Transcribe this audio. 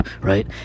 right